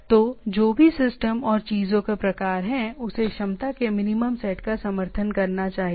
तो जो भी सिस्टम और चीजों का प्रकार है उसे क्षमता के मिनिमम सेट का समर्थन करना चाहिए